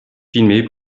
filmées